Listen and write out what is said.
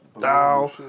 down